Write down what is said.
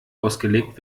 ausgelegt